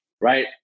right